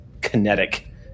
kinetic